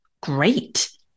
Great